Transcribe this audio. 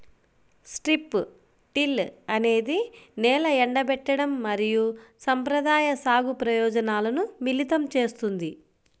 strip till అనేది నేల ఎండబెట్టడం మరియు సంప్రదాయ సాగు ప్రయోజనాలను మిళితం చేస్తుంది